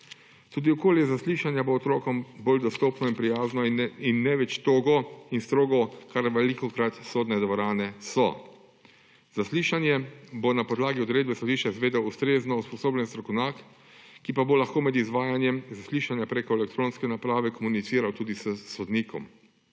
Tudi okolje zaslišanja bo otrokom bolj dostopno in prijazno in ne več togo in strogo, kar velikokrat sodne dvorane so. Zaslišanje bo na podlagi odredbe sodišča izvedel ustrezno usposobljen strokovnjak, ki pa bo lahko med izvajanjem zaslišanja prek elektronske naprave komuniciral tudi s sodnikom.